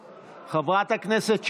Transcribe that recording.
חברת הכנסת שטרית.